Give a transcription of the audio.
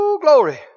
glory